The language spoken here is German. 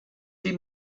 die